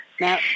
Now